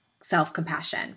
self-compassion